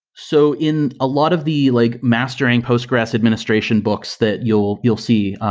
so in a lot of the like mastering postgres administration books that you'll you'll see,